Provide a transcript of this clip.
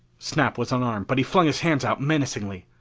snap was unarmed but he flung his hands out menacingly.